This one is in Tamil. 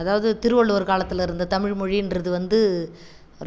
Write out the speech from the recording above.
அதாவது திருவள்ளுவர் காலத்தில் இருந்த தமிழ் மொழின்றது வந்து